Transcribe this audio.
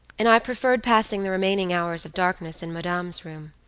and i preferred passing the remaining hours of darkness in madame's room.